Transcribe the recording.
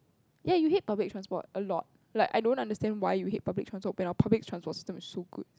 ya you hate public transport a lot like I don't understand why you hate public transport when our public transport system is so good